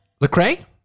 Lecrae